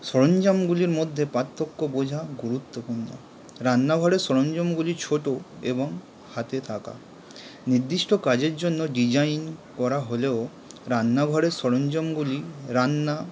সরঞ্জামগুলির মধ্যে পার্থক্য বোঝা গুরুত্বপূর্ণ রান্নাঘরের সরঞ্জামগুলি ছোট এবং হাতে থাকা নির্দিষ্ট কাজের জন্য ডিজাইন করা হলেও রান্নাঘরের সরঞ্জামগুলি রান্না